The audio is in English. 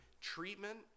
treatment